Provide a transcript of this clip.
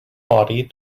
body